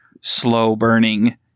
slow-burning